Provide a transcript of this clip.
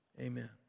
Amen